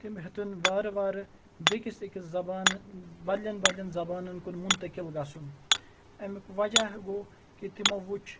تِم ہیٚتُن وارٕ وارٕ بیٚکِس أکِس زبان بدلن بدلن زبانَن کُن مُنتقِل گژھُن اَمیُک وجہ گوٚو کہِ تِمو وُچھ